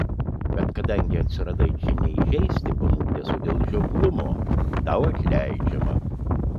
bet kadangi atsiradai čia ne įžeisti panūdęs o dėl žioplumo tau atleidžiama